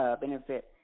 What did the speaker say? benefit